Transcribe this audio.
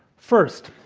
first,